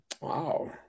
Wow